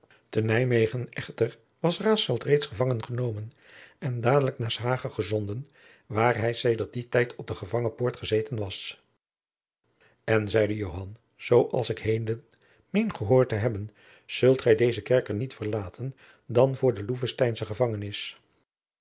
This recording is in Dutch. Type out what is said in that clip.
te nymwegen echter was raesfelt reeds gevangen genomen en dadelijk naar jacob van lennep de pleegzoon s hage gezonden waar hij sedert dien tijd op de gevangenpoort gezeten had en zeide joan zoo als ik heden meen gehoord te hebben zult gij dezen kerker niet verlaten dan voor de loevesteinsche gevangenis